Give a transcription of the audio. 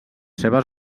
seves